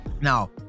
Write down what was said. Now